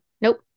Nope